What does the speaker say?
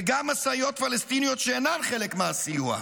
וגם משאיות פלסטיניות שאינן חלק מהסיוע,